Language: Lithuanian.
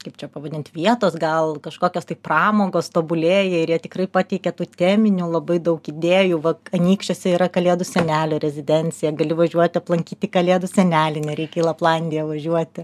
kaip čia pavadint vietos gal kažkokios tai pramogos tobulėja ir jie tikrai pateikia tų teminių labai daug idėjų vat anykščiuose yra kalėdų senelio rezidencija gali važiuoti aplankyti kalėdų senelį nereikia į laplandiją važiuoti